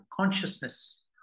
consciousness